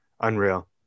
Unreal